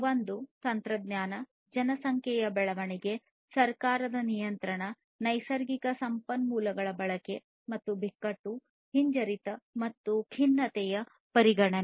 ಒಂದು ತಂತ್ರಜ್ಞಾನ ಜನಸಂಖ್ಯೆಯ ಬೆಳವಣಿಗೆ ಸರ್ಕಾರದ ನಿಯಂತ್ರಣ ನೈಸರ್ಗಿಕ ಸಂಪನ್ಮೂಲಗಳ ಬಳಕೆ ಮತ್ತು ಬಿಕ್ಕಟ್ಟು ಹಿಂಜರಿತ ಮತ್ತು ಖಿನ್ನತೆಯ ಪರಿಗಣನೆ